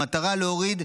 במטרה להוריד,